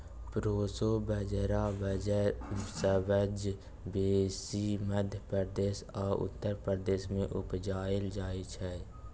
proso बजरा सबसँ बेसी मध्य प्रदेश आ उत्तर प्रदेश मे उपजाएल जाइ छै